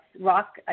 Rock